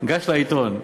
גש לעיתון.